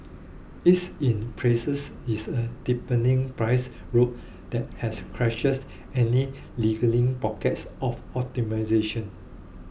its in places is a deepening price rout that has quashes any lingering pockets of optimization